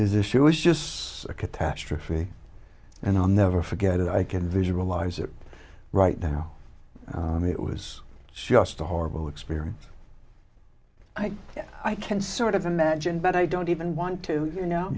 this issue is just a catastrophe and i'll never forget it i can visualize it right now i mean it was just a horrible experience i i can sort of imagine but i don't even want to you know